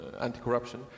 anti-corruption